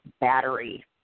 battery